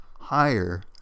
higher